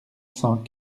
cent